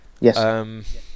Yes